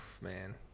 man